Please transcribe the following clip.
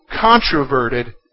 controverted